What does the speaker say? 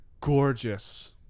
gorgeous